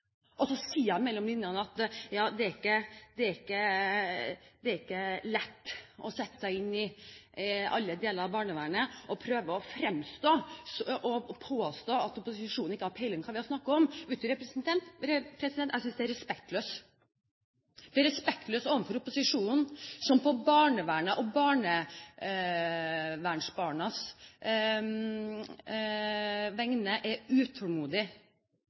Så sier hun mellom linjene at det ikke er lett å sette seg inn i alle delene av barnevernet og prøver å påstå at opposisjonen ikke har peiling på hva vi snakker om. President, jeg synes det er respektløst. Det er respektløst overfor opposisjonen, som på barnevernets og barnevernsbarnas vegne er utålmodig.